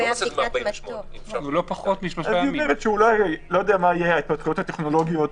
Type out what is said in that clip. לא יודע מה יהיו ההתפתחויות הטכנולוגיות.